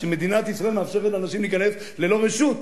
שמדינת ישראל מאפשרת לאנשים להיכנס ללא רשות.